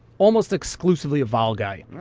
almost exclusively a vol guy.